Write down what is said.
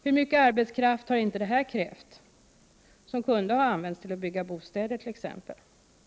Hur nycket Z— — arbetskraft har inte detta krävt, som kunde ha använts t.ex. till bostadsbyg Vissa ekontoniske i: politiska åtgärder, gande!